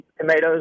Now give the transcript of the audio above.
tomatoes